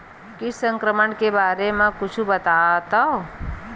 कीट संक्रमण के बारे म कुछु बतावव?